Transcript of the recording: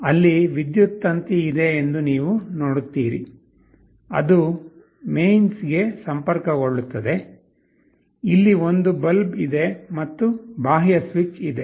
ಅಲ್ಲಿ ವಿದ್ಯುತ್ ತಂತಿ ಇದೆ ಎಂದು ನೀವು ನೋಡುತ್ತೀರಿ ಅದು ಮೇನ್ಸ್ಗೆ ಸಂಪರ್ಕಗೊಳ್ಳುತ್ತದೆ ಇಲ್ಲಿ ಒಂದು ಬಲ್ಬ್ ಇದೆ ಮತ್ತು ಬಾಹ್ಯ ಸ್ವಿಚ್ ಇದೆ